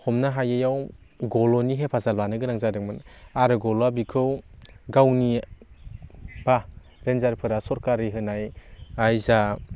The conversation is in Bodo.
हमनो हायैयाव गल'नि हेफाजाब लानो गोनां जादोंमोन आरो गल'आ बेखौ गावनि बा रेन्जारफोरा सरकारि होनाय जा